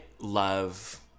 love